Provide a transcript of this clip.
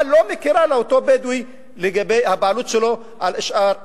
אבל היא לא מכירה באותו בדואי לגבי הבעלות שלו על שאר אדמותיו.